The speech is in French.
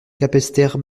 capesterre